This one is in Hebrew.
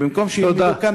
במקום שילמדו כאן,